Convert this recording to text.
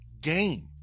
game